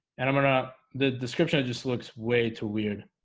and i'm gonna the description just looks way too weird.